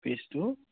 পিচটো